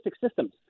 systems